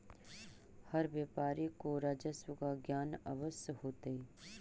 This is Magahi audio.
हर व्यापारी को राजस्व का ज्ञान अवश्य होतई